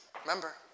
Remember